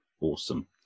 awesome